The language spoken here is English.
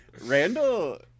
Randall